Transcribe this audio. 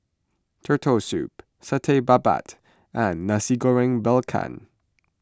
Turtle Soup Satay Babat and Nasi Goreng Belacan